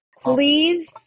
please